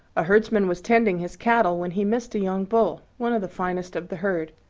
a herdsman was tending his cattle when he missed a young bull, one of the finest of the herd.